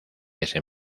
ese